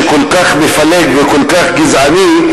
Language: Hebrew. שכל כך מפלג וכל כך גזעני.